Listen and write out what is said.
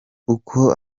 uko